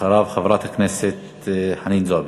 אחריו, חברת הכנסת חנין זועבי.